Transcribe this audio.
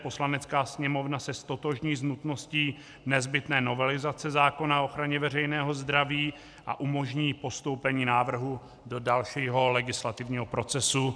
Poslanecká sněmovna ztotožní s nutností nezbytné novelizace zákona o ochraně veřejného zdraví a umožní postoupení návrhu do dalšího legislativního procesu.